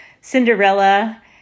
Cinderella